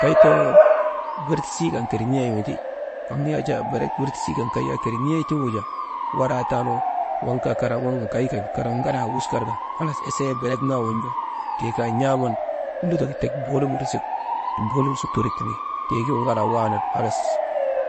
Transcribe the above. Kay too ber tisii kan keri niyay windi, «hesitation» bertisii kan keri niyay tiŋgu jaa waraa taanu waŋ kaa kara waŋ kaa kay kan ŋalaa wuskarka esee berek naa won̰ka ti kaa n̰aaman «hesitatin» lutk tek bolum su turik tindi tiigin ŋalaa waanan